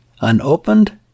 unopened